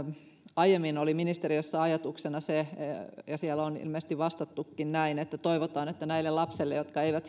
aiemmin oli ministeriössä ajatuksena se ja siellä on ilmeisesti vastattukin näin että toivotaan että näille lapsille jotka eivät